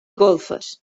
golfes